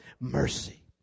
Mercy